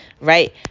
right